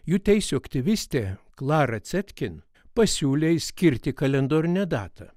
jų teisių aktyvistė klara cetkin pasiūlė išskirti kalendorinę datą